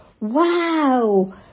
Wow